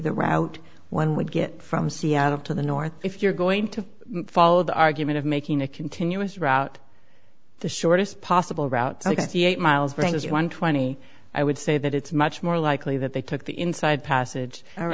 the route one would get from seattle to the north if you're going to follow the argument of making a continuous route the shortest possible route sixty eight miles brings one twenty i would say that it's much more likely that they took the inside passage